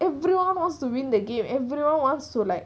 everyone wants to win the game everyone wants to like